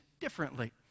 differently